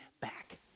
back